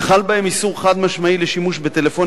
וחל בהם איסור חד-משמעי על שימוש בטלפונים